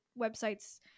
websites